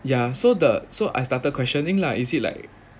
ya so the so I started questioning lah is it like